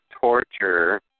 torture